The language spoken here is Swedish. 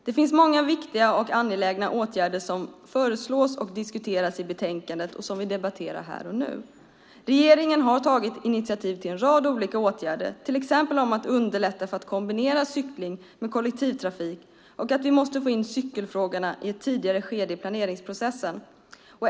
Det finns många viktiga och angelägna åtgärder som föreslås och diskuteras i betänkandet och som vi debatterar här och nu. Regeringen har tagit initiativ till en rad olika åtgärder som handlar om att underlätta för att kombinera cykling med kollektivtrafik och om att vi måste få in cykelfrågorna i ett tidigare skede i planeringsprocessen.